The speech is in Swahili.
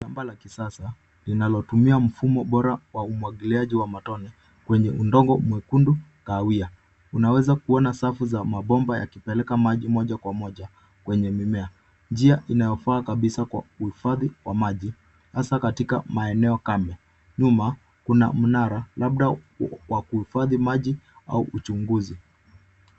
kuna mfumo wa kisasa wa umwagiliaji wa matone kwenye udongo mwekundu wa kawia. Mfumo huu unaweza kusambaza maji moja kwa moja kwenye mimea kupitia safu za mabomba. Njia hii ni bora kabisa kwa uhifadhi wa maji. Kwenye eneo la nyuma kuna mnara, labda wa kuhifadhi maji au kwa uchunguzi wa kilimo